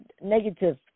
negative